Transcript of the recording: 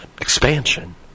Expansion